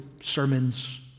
sermons